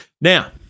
Now